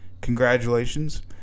congratulations